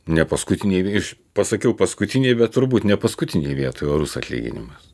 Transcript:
ne paskutinėj iš pasakiau paskutinėj bet turbūt ne paskutinėj vietoj orus atlyginimas